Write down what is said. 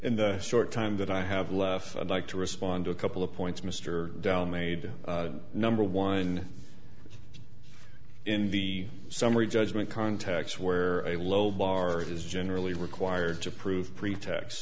in the short time that i have left and like to respond to a couple of points mr down made number one in the summary judgment context where a low bar is generally required to prove pretax